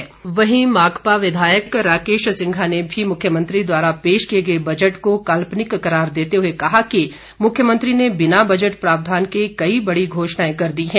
माकपा वहीं माकपा विधायक राकेश सिंघा ने भी मुख्यमंत्री द्वारा पेश किए गए बजट को काल्पनिक करार देते हुए कहा कि मुख्यमंत्री ने बिना बजट प्रावधान के कई बड़ी घोषणाएं कर दी हैं